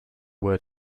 word